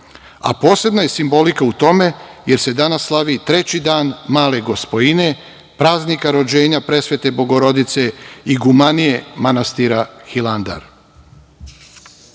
a posebno je simbolika u tome, jer se danas slavi 3. dan Male Gospojine, praznika rođenja Presvete Bogorodice, igumanije manastira Hilandar. Želim